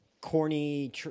corny –